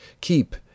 Keep